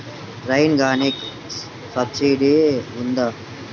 Rain గన్కి subsidy ఉందా?